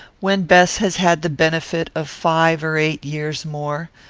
when bess has had the benefit of five or eight years more,